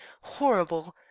horrible